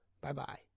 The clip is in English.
Bye-bye